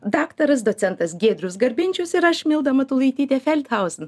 daktaras docentas giedrius garbinčius ir aš milda matulaitytė felthausen